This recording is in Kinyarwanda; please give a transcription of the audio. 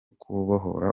kubohora